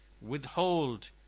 withhold